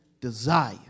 desire